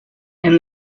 and